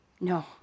no